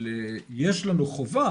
אבל יש לנו חובה